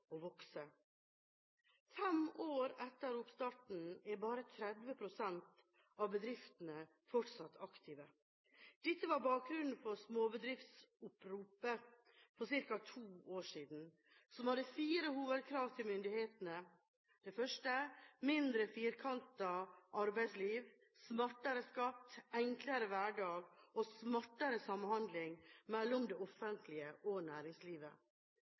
og vokse. Fem år etter oppstarten er bare 30 pst. av bedriftene fortsatt aktive. Dette var bakgrunnen for Småbedriftsoppropet for ca. to år siden. Det hadde fire hovedkrav til myndighetene: mindre firkantet arbeidsliv, smartere skatt, enklere hverdag og smartere samhandling mellom det offentlige og næringslivet.